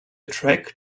track